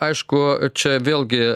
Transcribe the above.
aišku čia vėlgi